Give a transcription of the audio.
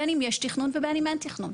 בין אם יש תכנון ובין אם אין תכנון,